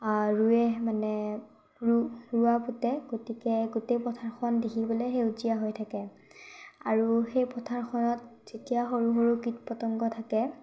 ৰোৱে মানে ৰোৱা পোতে গতিকে গোটেই পথাৰখন দেখিবলৈ সেউজীয়া হৈ থাকে আৰু সেই পথাৰখনত যেতিয়া সৰু সৰু কীট পতঙ্গ থাকে